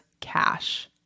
cash